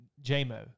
J-Mo